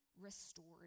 restored